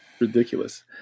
Ridiculous